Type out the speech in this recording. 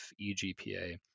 eGPA